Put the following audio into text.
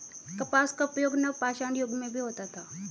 कपास का उपयोग नवपाषाण युग में भी होता था